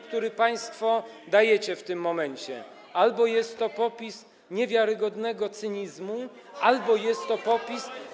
który państwo dajecie w tym momencie: albo jest to popis niewiarygodnego cynizmu, albo jest to popis.